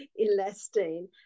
elastine